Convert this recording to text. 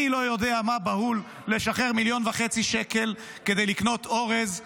אני לא יודע מה בהול לשחרר 1.5 מיליון שקלים כדי לקנות אורז לחמאס,